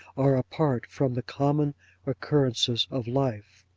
are apart from the common occurrences of life.